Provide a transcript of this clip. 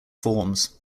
forms